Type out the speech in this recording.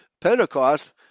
Pentecost